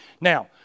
Now